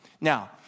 Now